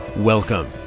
Welcome